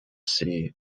see